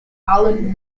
alan